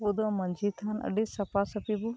ᱟᱵᱚ ᱫᱚ ᱢᱟᱡᱷᱤ ᱛᱷᱟᱱ ᱟᱰᱤ ᱥᱟᱯᱟ ᱥᱟᱯᱤ ᱵᱚ